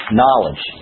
knowledge